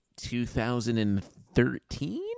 2013